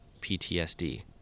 PTSD